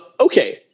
Okay